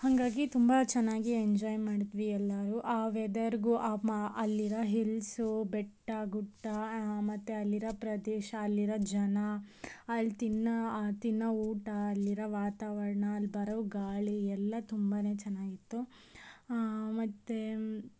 ಹಾಗಾಗಿ ತುಂಬ ಚೆನ್ನಾಗಿ ಎಂಜಾಯ್ ಮಾಡಿದ್ವಿ ಎಲ್ಲರೂ ಆ ವೆದರ್ಗೂ ಆ ಮ ಅಲ್ಲಿರೋ ಹಿಲ್ಸು ಬೆಟ್ಟ ಗುಡ್ಡ ಮತ್ತು ಅಲ್ಲಿರೋ ಪ್ರದೇಶ ಅಲ್ಲಿರೋ ಜನ ಅಲ್ಲಿ ತಿನ್ನೋ ತಿನ್ನೋ ಊಟ ಅಲ್ಲಿರೋ ವಾತಾವರಣ ಅಲ್ಲಿ ಬರೋ ಗಾಳಿ ಎಲ್ಲ ತುಂಬ ಚೆನ್ನಾಗಿತ್ತು ಮತ್ತು